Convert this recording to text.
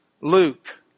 Luke